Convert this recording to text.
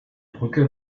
brücke